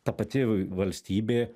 ta pati valstybė